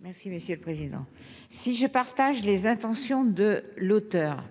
Merci monsieur le président si je partage les intentions de l'auteur